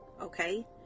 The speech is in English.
okay